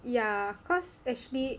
ya because actually